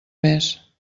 més